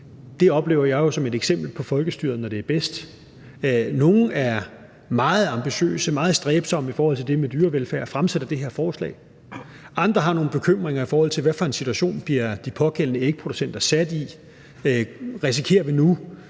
virkeligheden som et eksempel på folkestyret, når det er bedst. Nogle er meget ambitiøse og meget stræbsomme i forhold til det med dyrevelfærd og har fremsat det her forslag. Andre har nogle bekymringer, i forhold til hvad det er for en situation, de pågældende ægproducenter bliver sat i. Risikerer vi nu